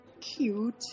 Cute